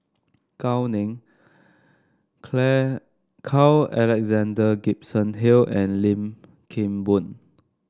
Gao Ning Clare Carl Alexander Gibson Hill and Lim Kim Boon